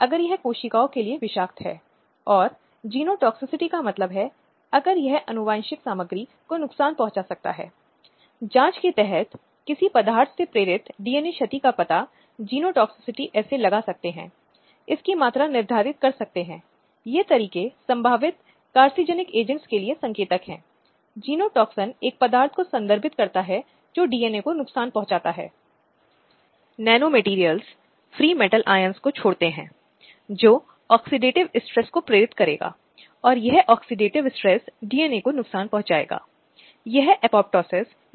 जैसा कि निर्भया मामले में हो सकता है हालांकि यह आम समाज की बात थी सामान्य समाज आम जनता के लिए आ रहा था ताकि कानून में बदलाव के लिए दबाव बनाया जा सके और यह एक तरह का आंदोलन था हालांकि विशेष रूप से ऐसे गैर सरकारी संगठन नहीं थे लेकिन यह आम आदमी था जो इस प्रक्रिया में प्रभावित हुआ था और जो आवश्यक समर्थन जुटाने के लिए एक साथ आया था जिसके कारण 2013 में संशोधन हुआ